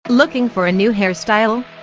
looking for a new hairstyle?